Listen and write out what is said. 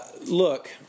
look